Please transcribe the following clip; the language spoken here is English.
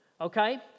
okay